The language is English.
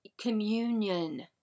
communion